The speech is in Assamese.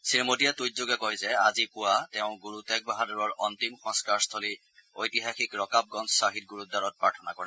শ্ৰীমোদীয়ে টুইটযোগে কয় যে আজি পুৱা তেওঁ গুৰু টেগ বাহাদুৰৰ অন্তিম সংস্কাৰস্থলী ঐতিহাসিক ৰকাবগঞ্জ খাহিদ গুৰুদাৰত প্ৰাৰ্থনা কৰে